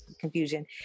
confusion